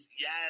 Yes